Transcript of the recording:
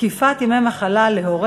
(זקיפת ימי מחלה להורה